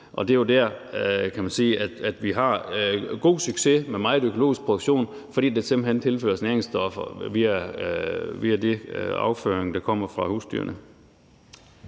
Og det er jo der, hvor man kan sige, at vi har en god succes med meget økologisk produktion, fordi der simpelt hen tilføres næringsstoffer via den afføring, der kommer fra husdyrene.